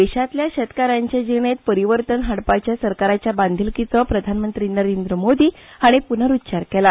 देशांतल्या शेतकारांचे जीणेंत परिवर्तन हाडपाचे सरकाराचे बांधिलकीचो प्रधानमंत्री नरेंद्र मोदी हाणीं प्नरुच्चार केला